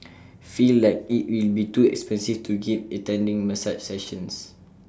feel like IT will be too expensive to keep attending massage sessions